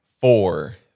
four